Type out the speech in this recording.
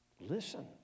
Listen